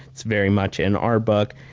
it's very much in our book,